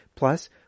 Plus